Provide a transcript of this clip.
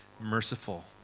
merciful